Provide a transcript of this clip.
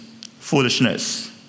foolishness